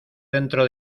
dentro